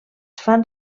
fan